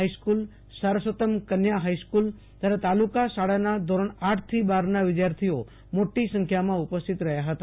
હાઈસ્કુલસરસ્વતમ કન્યા હાઈસ્કુલ તથા તાલુકા શાળાના ધોરણ આઠ થી બારના વિધાર્થીઓ મોટી સંખ્યામાં ઉપસ્થિત રહ્યા હતા